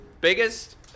Biggest